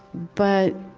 but,